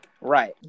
right